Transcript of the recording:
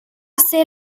ser